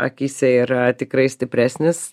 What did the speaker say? akyse yra tikrai stipresnis